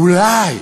אולי.